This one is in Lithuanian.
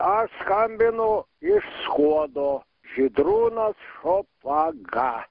aš skambinu iš skuodo žydrūnas šopaga